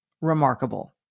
remarkable